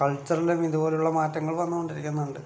കൾച്ചറിലും ഇതുപോലുള്ള മാറ്റങ്ങൾ വന്നുകൊണ്ടിരിക്കുന്നുണ്ട്